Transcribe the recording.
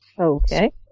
Okay